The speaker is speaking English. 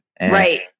Right